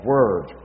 Word